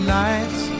nights